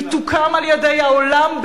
היא תוקם על-ידי העולם,